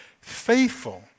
faithful